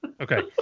Okay